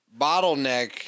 bottleneck